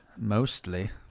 Mostly